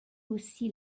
aussi